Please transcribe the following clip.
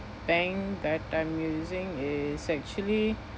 bank that I'm using is actually